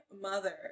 mother